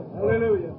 Hallelujah